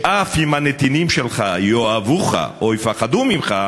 אם תיאלץ לבחור אם הנתינים שלך יאהבוך או יפחדו ממך,